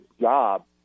job